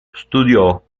studiò